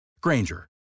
Granger